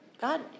God